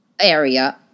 area